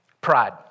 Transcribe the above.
Pride